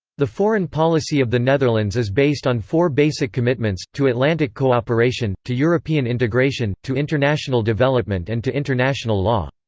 the foreign policy of the netherlands is based on four basic commitments to atlantic co-operation, to european integration, to international development and to international law.